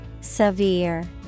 Severe